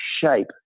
shape